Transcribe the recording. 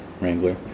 wrangler